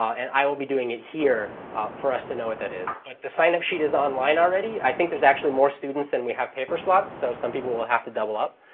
and i will be doing it here for us to know what that is. like the sign up sheet is online already. i think there's actually more students than we have paper slots. so some people will have to double up.